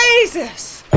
Jesus